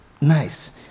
nice